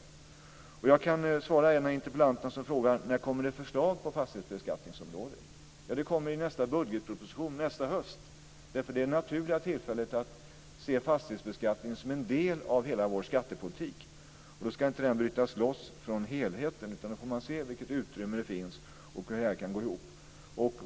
Jag kan svara en av interpellanterna, som frågade när det kommer förslag på fastighetsbeskattningsområdet. Det kommer i nästa budgetproposition nästa höst. Det är det naturliga tillfället, eftersom vi ser fastighetsbeskattningen som en del av hela vår skattepolitik. Den ska inte brytas loss från helheten, utan då får man se vilket utrymme det finns och hur det kan gå ihop.